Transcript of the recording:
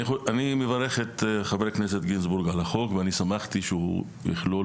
אני מברך את חבר הכנסת גינזבורג על החוק ואני שמחתי שהוא יכלול